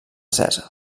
cèsar